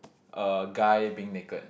a guy being naked